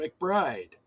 McBride